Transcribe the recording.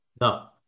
no